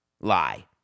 lie